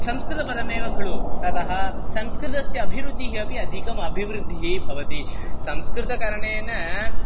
संस्कृतपदमेव खलु ततः संस्कृतस्य अभिरुचिः अपि अधिकम् अभिवृद्धिः भवति संस्कृतकरणेन